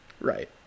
Right